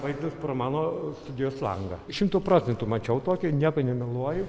vaizdas pro mano studijos langą šimtu procentų mačiau tokį nieko nemeluoju